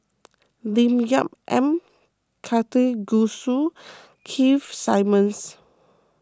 Lim Yau M Karthigesu Keith Simmons